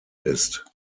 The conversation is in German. ist